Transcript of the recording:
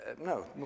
No